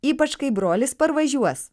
ypač kai brolis parvažiuos